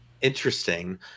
Interesting